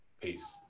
Peace